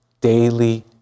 daily